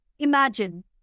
Imagine